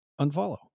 unfollow